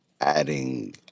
adding